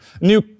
new